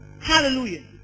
Hallelujah